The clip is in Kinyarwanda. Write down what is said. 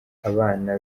abana